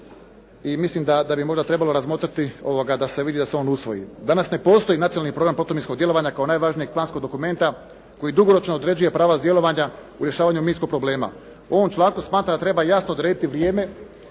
i milim da bi možda trebalo razmotriti da se vidi i da se usvoji. Danas ne postoji Nacionalni program protuminskog djelovanja kao najvažnijeg planskog dokumenta koji dugoročno određuje pravac djelovanja u rješavanju minskog problema. U ovom članku smatram da treba jasno odrediti vrijeme,